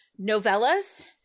novellas